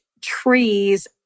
trees